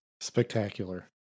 Spectacular